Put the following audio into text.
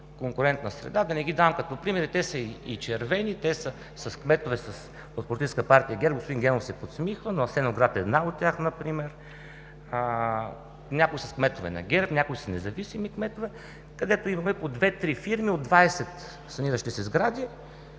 конкурентна среда, да не давам примери, те са и червени, и с кметове от Политическа партия ГЕРБ. Господин Генов се подсмихва, но Асеновград е една от тях например. Някои са с кметове на ГЕРБ, някои са независими, където имаме по две-три фирми от 20 саниращи се сгради,